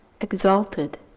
exalted